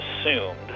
assumed